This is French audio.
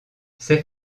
ses